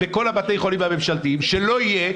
בכל בתי החולים הממשלתיים שלא יהיה,